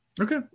Okay